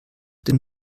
den